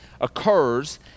occurs